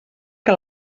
que